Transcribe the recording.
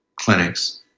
clinics